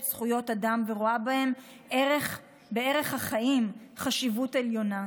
זכויות אדם ורואה בערך החיים חשיבות עליונה.